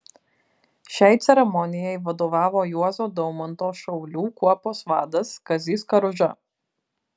šiai ceremonijai vadovavo juozo daumanto šaulių kuopos vadas kazys karuža